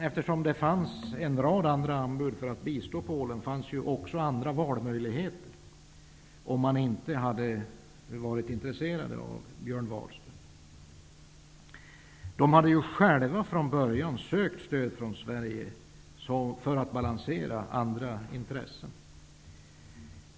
Eftersom det fanns en rad andra anbud för att bistå Polen, fanns ju också andra valmöjligheter om man inte hade varit intresserade av Björn Wahlström. Poladierna hade ju själva från början sökt stöd från Sverige för att balansera andra intressen.